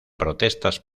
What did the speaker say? protestas